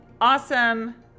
awesome